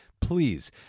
Please